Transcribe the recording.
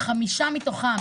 בחמישה מתוכם